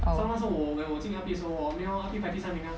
oh